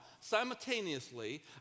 simultaneously